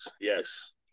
yes